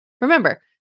Remember